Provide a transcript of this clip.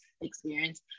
experience